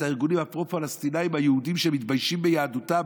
את הארגונים הפרו-פלסטיניים היהודיים שמתביישים ביהדותם?